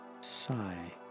Sigh